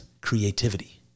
creativity